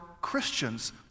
Christians